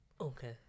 Okay